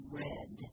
red